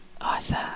Awesome